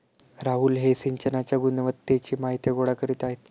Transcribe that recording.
राहुल हे सिंचनाच्या गुणवत्तेची माहिती गोळा करीत आहेत